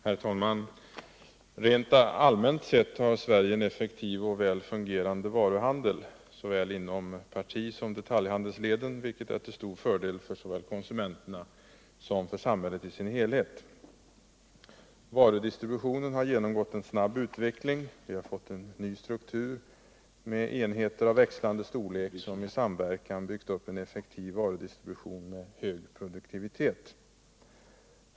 Herr talman! Rent allmänt sett har Sverige en effektiv och väl fungerande varuhandel, såväl inom parti som detaljhandelsleden, vilket är till stor fördel för såväl konsumenterna som för samhället i sin helhet. Varudistributionen har genomgått en snabb utveckling. Vi har fått en ny struktur med enheter av växlande storlek som i samverkan byggt upp en effektiv varudistribution med hög produktivitet.